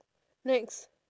next